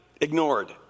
ignored